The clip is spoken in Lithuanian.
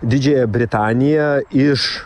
didžiąją britaniją iš